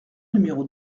numéro